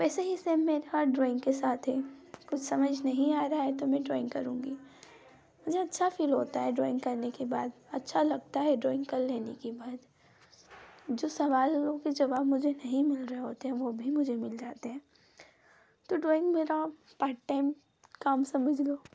वैसे ही सेम मेरा हाल ड्रॉइंग के साथ है कुछ समझ नहीं आ रहा है तो मैं ड्रॉइंग करुँगी मुझे अच्छा फ़ील होता है ड्रॉइंग करने के बाद अच्छा लगता है ड्रॉइंग कर लेने के बाद जो सवालों के जवाब मुझे नहीं मिल रहे होते हैं वो भी मुझे मिल जाते हैं तो ड्रॉइंग मेरा पार्ट टाइम काम समझ लो